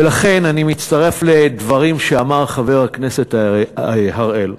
לכן אני מצטרף לדברים שאמר חבר הכנסת אראל: